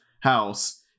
House